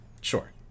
Sure